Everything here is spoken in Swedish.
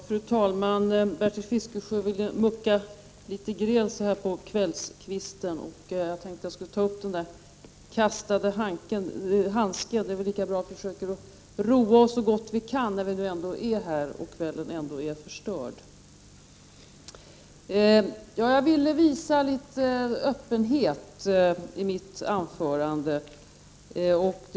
Fru talman! Bertil Fiskesjö vill mucka gräl så här på kvällskvisten. Jag tänkte att jag skulle ta upp den kastade handsken. Det är väl lika bra att vi försöker roa oss så gott vi kan, när vi nu ändå är här och kvällen är förstörd. Jag ville visa litet öppenhet i mitt anförande. Den öppenheten återfinns = Prot.